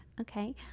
Okay